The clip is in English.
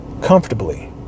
comfortably